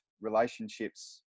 relationships